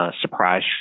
surprise